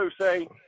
say